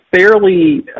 fairly